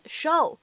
，show